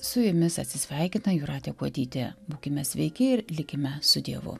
su jumis atsisveikina jūratė kuodytė būkime sveiki ir likime su dievu